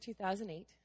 2008